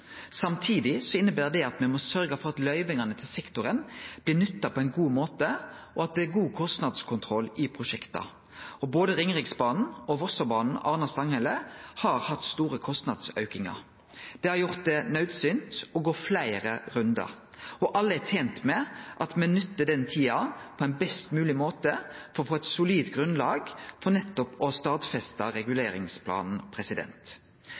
inneber det at me må sørgje for at løyvingane til sektoren blir nytta på ein god måte, og at det er god kostnadskontroll i prosjekta. Både Ringeriksbanen og Vossabanen/Arna–Stanghelle har hatt stor kostnadsauke. Det har gjort det naudsynt å gå fleire rundar, og alle er tent med at me nyttar den tida på ein best mogleg måte for å få eit solid grunnlag for nettopp å